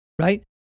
Right